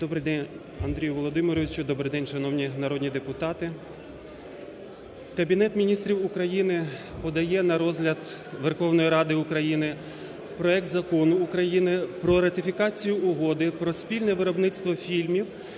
Добрий день, Андрію Володимировичу, добрий день, шановні народні депутати. Кабінет Міністрів України подає на розгляд Верховної Ради України проект Закону України про ратифікацію Угоди про спільне виробництво фільмів